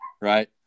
right